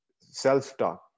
self-talk